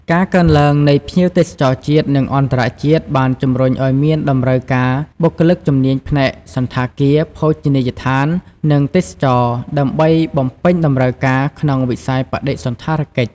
ការកើនឡើងនៃភ្ញៀវទេសចរជាតិ និងអន្តរជាតិ បានជំរុញឱ្យមានតម្រូវការបុគ្គលិកជំនាញផ្នែកសណ្ឋាគារ ភោជនីយដ្ឋាន និងទេសចរណ៍ ដើម្បីបំពេញតម្រូវការក្នុងវិស័យបដិសណ្ឋារកិច្ច។